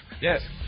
Yes